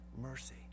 mercy